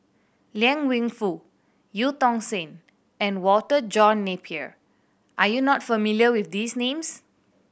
Liang Wenfu Eu Tong Sen and Walter John Napier are you not familiar with these names